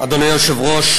אדוני היושב-ראש,